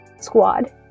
squad